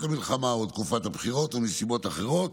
למלחמה או לתקופת הבחירות או מסיבות אחרות